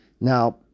Now